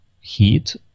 heat